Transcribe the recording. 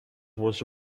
was